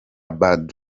bad